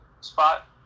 spot